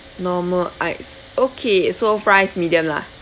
okay so fries medium lah